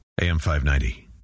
AM590